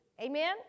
Amen